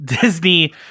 Disney